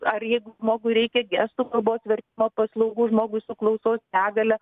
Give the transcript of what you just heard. ar jeigu žmogui reikia gestų kalbos vertimo paslaugų žmogui su klausos negalia